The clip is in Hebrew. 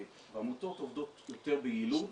ועמותות עובדות יותר ביעילות.